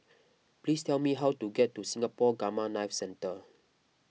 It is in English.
please tell me how to get to Singapore Gamma Knife Centre